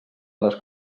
les